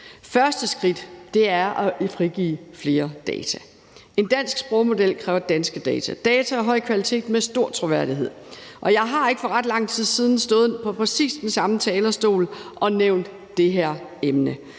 Første skridt er at frigive flere data. En dansk sprogmodel kræver danske data, data af høj kvalitet med stor troværdighed, og jeg har for ikke ret lang tid siden stået på samme talerstol og nævnt det her emne.